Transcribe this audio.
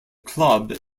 club